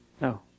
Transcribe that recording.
no